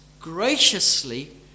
graciously